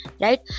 right